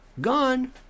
Gone